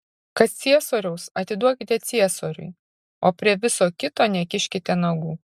kas ciesoriaus atiduokite ciesoriui o prie viso kito nekiškite nagų